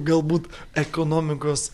galbūt ekonomikos